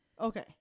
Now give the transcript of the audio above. okay